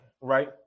right